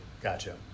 Gotcha